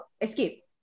escape